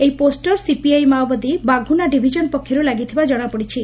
ଏହି poster CPI Maobadi Baghuna division ପକ୍ଷରୁ ଲାଗିଥିବା ଜଣାପଡ଼ିଛି